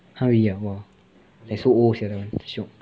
!huh! really ah so old sia like shiok